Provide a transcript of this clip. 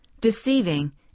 deceiving